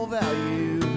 value